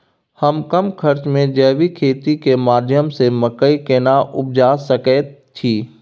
हम कम खर्च में जैविक खेती के माध्यम से मकई केना उपजा सकेत छी?